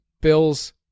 Bills